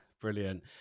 Brilliant